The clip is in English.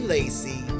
Lacey